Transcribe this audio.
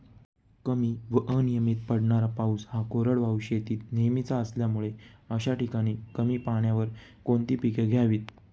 कमी व अनियमित पडणारा पाऊस हा कोरडवाहू शेतीत नेहमीचा असल्यामुळे अशा ठिकाणी कमी पाण्यावर कोणती पिके घ्यावी?